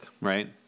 Right